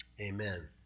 Amen